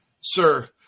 sir